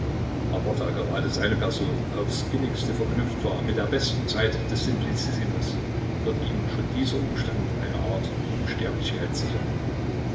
aber da gerade seine person aufs innigste verknüpft war mit der besten zeit des simplizissimus wird ihm schon dieser umstand eine art unsterblichkeit sichern